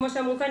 כמו שאמרו כאן,